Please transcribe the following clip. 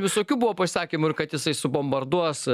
visokių buvo pasisakymų ir kad jisai subombarduos